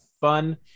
fun